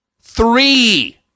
Three